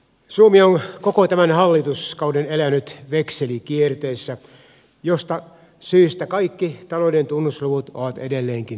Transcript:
suomi on koko tämän hallituskauden elänyt vekselikierteessä josta syystä kaikki talouden tunnusluvut ovat edelleenkin miinuksella